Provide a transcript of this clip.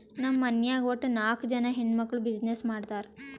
ನಮ್ ಮನ್ಯಾಗ್ ವಟ್ಟ ನಾಕ್ ಜನಾ ಹೆಣ್ಮಕ್ಕುಳ್ ಬಿಸಿನ್ನೆಸ್ ಮಾಡ್ತಾರ್